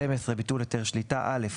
ביטול היתר שליטה 12. (א)